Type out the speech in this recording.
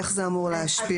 איך זה אמור להשפיע?